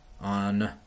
On